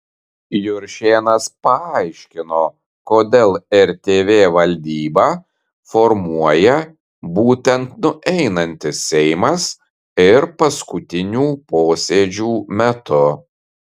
juršėnas paaiškino kodėl rtv valdybą formuoja būtent nueinantis seimas ir paskutinių posėdžių metu